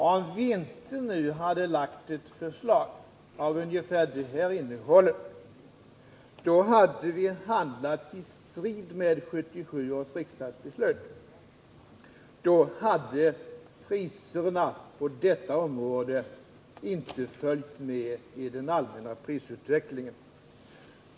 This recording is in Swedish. Om vi inte nu hade lagt fram ett förslag av ungefär det här innehållet, då hade vi handlat i strid med 1977 års riksdagsbeslut, då hade priserna på detta område inte följt med i den allmänna prisutvecklingen.